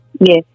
Yes